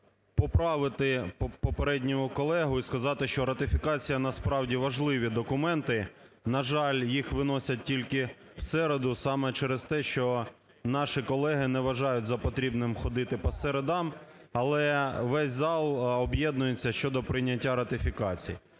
поправити попереднього колегу і сказати, що ратифікація насправді важливі документи. На жаль, їх виносять тільки в середу, саме через те, що наші колеги не вважають за потрібне ходити по середах. Але весь зал об'єднується щодо прийняття ратифікацій.